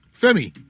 Femi